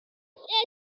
competed